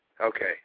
Okay